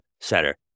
setter